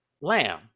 lamb